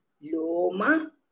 Loma